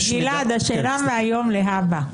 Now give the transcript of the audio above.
גלעד, השאלה מהיום להבא.